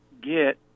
get